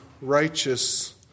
righteous